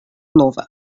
nova